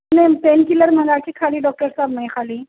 میں painkiller منگا کے کھا لی ڈاکٹر صاحب میں خالی